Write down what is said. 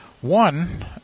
One